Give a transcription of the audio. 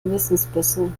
gewissensbisse